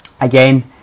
again